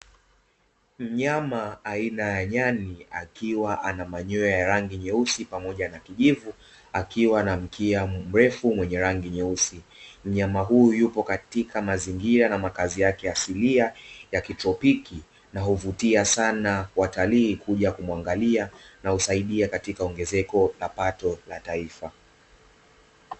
Mnyama aina ya nyani akiwa na manyoya ya rangi nyeusi pamoja na kijivu, akiwa na mkia mrefu wenye rangi nyeusi. Mnyama huyu yupo katika mazingira na makazi yake asilia ya kitropiki, na huvutia sana na watalii kuja kumwangalia na husaidia katika ongezeko la pato la taifa.